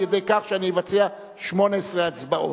על-ידי כך שאני אבצע 18 הצבעות.